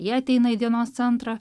jie ateina į dienos centrą